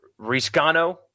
Riscano